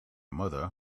mother